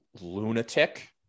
lunatic